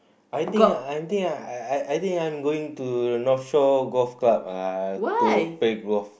I think I think I I I I think I'm going to North shore Golf Club ah to play golf